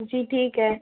जी ठीक है